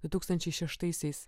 du tūkstančiai šeštaisiais